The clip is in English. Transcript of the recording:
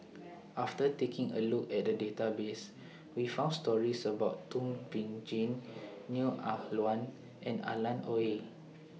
after taking A Look At The Database We found stories about Thum Ping Tjin Neo Ah Luan and Alan Oei